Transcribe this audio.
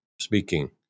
speaking